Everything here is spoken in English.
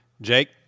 Jake